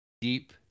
Deep